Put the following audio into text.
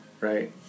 right